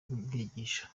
bigisha